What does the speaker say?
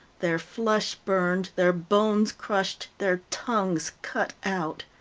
their flesh burned, their bones crushed, their tongues cut out.